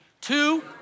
Two